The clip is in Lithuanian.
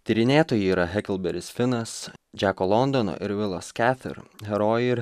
tyrinėtojai yra heklberis finas džeko londono ir vilos kepfer herojai ir